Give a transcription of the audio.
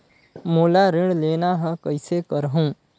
मोला ऋण लेना ह, कइसे करहुँ?